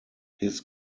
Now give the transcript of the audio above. his